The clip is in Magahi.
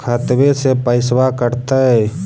खतबे से पैसबा कटतय?